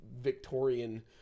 victorian